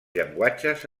llenguatges